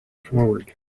forward